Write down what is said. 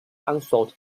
unsought